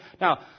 Now